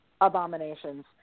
abominations